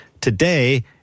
today